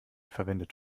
verwendet